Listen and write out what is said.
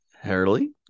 Harley